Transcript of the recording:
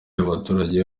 y’abaturage